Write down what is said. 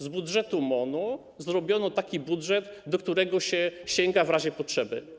Z budżetu MON-u zrobiono budżet, do którego się sięga w razie potrzeby.